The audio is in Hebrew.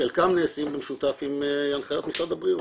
חלקן נעשות במשותף עם הנחיות משרד הבריאות.